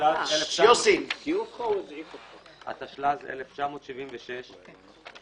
התשל"ז 1976,